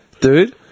dude